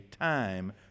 time